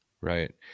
Right